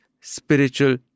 spiritual